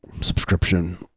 Subscription